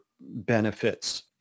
benefits